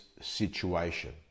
situation